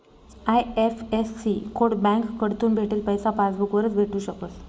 IFSC code बँककडथून भेटेल पैसा पासबूक वरच भेटू शकस